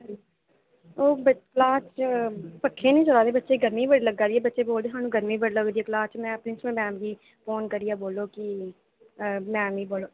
ओह् पक्खे निं चला दे बच्चें गी़ गरमी बड़ी लग्गा दी ऐ ते बच्चे आक्खदे सानूं गरमी बड़ी लगदी में आक्खेआ प्रिंसीपल मैडम गी फोन करियै बोल्लेआ कि लैनी ऐ